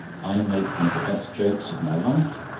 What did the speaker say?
i make one of the best jokes of my life.